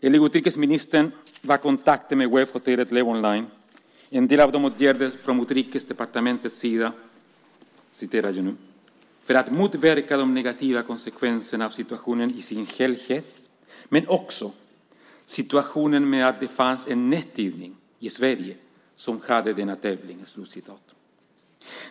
Enligt utrikesministern var kontakten med webbhotellet Levonline en del av de åtgärder från Utrikesdepartementets sida "för att motverka de negativa konsekvenserna av situationen i sin helhet men också situationen med att det fanns en nättidning i Sverige som hade denna tävling".